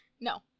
No